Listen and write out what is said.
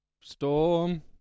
Storm